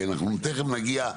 כי אנחנו תכף נגיע,